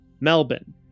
Melbourne